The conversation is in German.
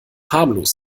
harmlos